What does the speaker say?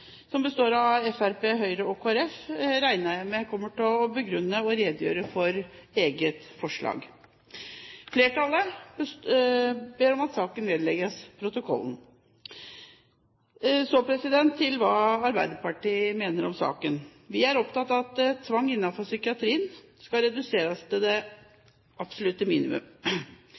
forslag, består av Fremskrittspartiet, Høyre og Kristelig Folkeparti, og jeg regner med at de vil begrunne og redegjøre for eget forslag. Flertallet ber om at saken vedlegges protokollen. Så til hva Arbeiderpartiet mener om saken. Vi er opptatt av at tvang innenfor psykiatrien skal reduseres til det absolutte minimum.